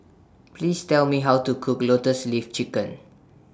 Please Tell Me How to Cook Lotus Leaf Chicken